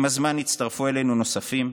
עם הזמן הצטרפו אלינו נוספים,